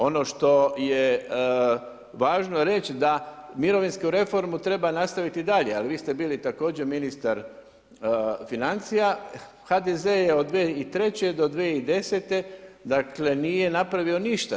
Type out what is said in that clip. Ono što je važno reći da mirovinsku reformu treba nastaviti dalje, ali vi ste bili također ministar financija, HDZ-e je od 2003. do 2010. dakle nije napravio ništa.